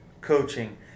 coaching